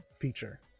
Feature